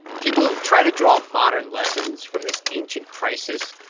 people who try to draw modern lessons from this ancient crisis,